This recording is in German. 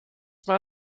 mehr